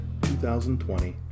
2020